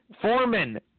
Foreman